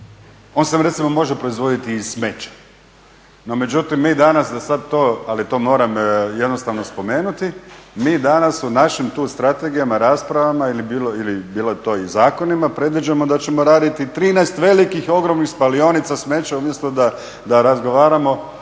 On se recimo može proizvoditi i iz smeća. No međutim mi danas, da sad to ali to moram jednostavno spomenuti, mi danas u našim tu strategijama, raspravama ili bilo je to i zakonima predviđamo da ćemo raditi 13 velikih ogromnih spalionica smeća umjesto da razgovaramo